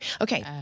Okay